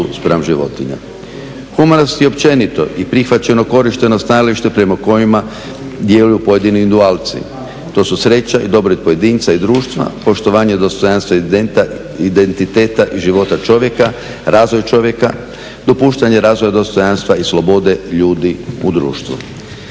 spram životinja. Humanost je općenito i prihvaćeno korišteno stajalište prema kojima djeluju pojedini individualci, to su sreća i dobrobit pojedinca i društva, poštovanje dostojanstva i identiteta i života čovjeka, razvoj čovjeka, dopuštanje razvoja dostojanstva i slobode ljudi u društvu.